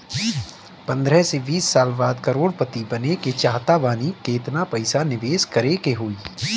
पंद्रह से बीस साल बाद करोड़ पति बने के चाहता बानी केतना पइसा निवेस करे के होई?